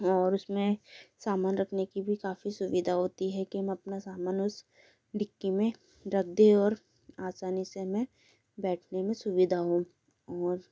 और उस में सामान रखने की भी काफ़ी सुविधा होती है कि हम अपना सामान उस डिक्की में रख दें और आसानी से हमें बैठने में सुविधा हों